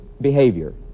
behavior